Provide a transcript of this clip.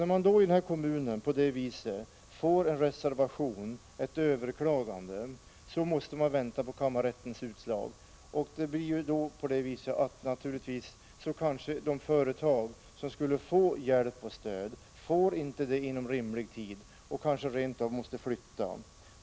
När man i kommunen får en reservation och ett överklagande måste man vänta på kammarrättens utslag, och det får till följd att de företag som skulle kunna få hjälp och stöd inte får det inom rimlig tid. De kanske rent av måste flytta.